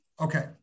Okay